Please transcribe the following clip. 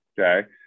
Okay